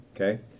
Okay